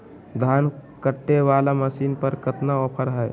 धान कटे बाला मसीन पर कतना ऑफर हाय?